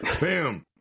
Bam